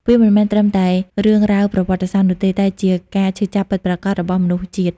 វាមិនមែនត្រឹមតែរឿងរ៉ាវប្រវត្តិសាស្ត្រនោះទេ តែវាជាការឈឺចាប់ពិតប្រាកដរបស់មនុស្សជាតិ។